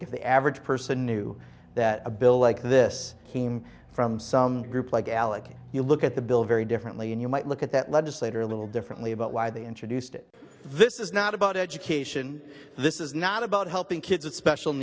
if the average person knew that a bill like this came from some group like alec you look at the bill very differently and you might look at that legislator a little differently about why they introduced it this is not about education this is not about helping kids with special